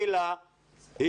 גילה,